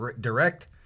direct